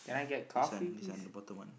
this one this one important one